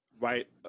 right